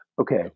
Okay